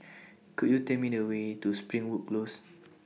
Could YOU Tell Me The Way to Springwood Close